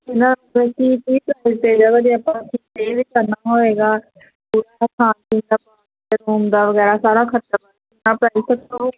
ਖਾਣ ਪੀਣ ਦਾ ਪਾ ਕੇ ਰੂਮ ਦਾ ਵਗੈਰਾ ਸਾਰਾ ਖਰਚਾ ਪਾ ਕੇ ਕਿੰਨਾ ਪ੍ਰਾਈਜ਼